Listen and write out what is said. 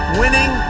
winning